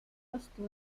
vastu